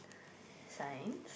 science